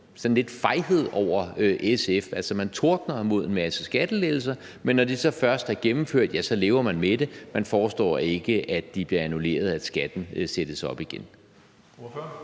sådan en fejhed over SF. Man tordner mod en masse skattelettelser, men når de så først er gennemført, ja, så lever man med dem. Man foreslår ikke, at de bliver annulleret, og at skatten sættes op igen.